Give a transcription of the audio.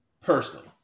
personally